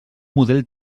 model